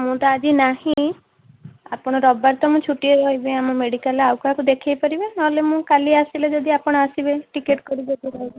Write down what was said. ମୁଁ ତ ଆଜି ନାହିଁ ଆପଣ ରବିବାର ତ ମୁଁ ଛୁଟିରେ ରହିବି ଆମ ମେଡ଼ିକାଲରେ ଆଉ କାହାକୁ ଦେଖାଇପାରିବେ ନହେଲେ ମୁଁ କାଲି ଆସିଲେ ଯଦି ଆପଣ ଆସିବେ ଟିକେଟ୍ କରି ଦେଖାଇଦେବେ